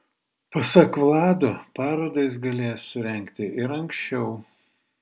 pasak vlado parodą jis galėjęs surengti ir anksčiau